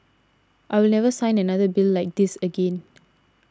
I will never sign another bill like this again